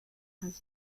has